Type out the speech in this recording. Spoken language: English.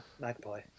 magpie